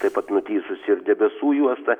taip pat nutįsusi ir debesų juosta